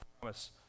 promise